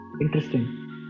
Interesting